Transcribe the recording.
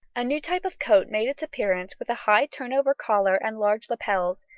a new type of coat made its appearance with a high turn-over collar and large lapels,